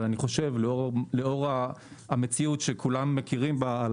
אבל לאור המציאות שכולם מכירים בה,